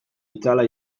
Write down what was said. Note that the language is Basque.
itzala